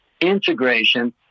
integration